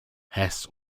hess